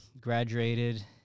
graduated